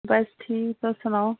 बस ठीक तुस सनाओ